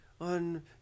on